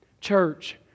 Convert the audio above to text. Church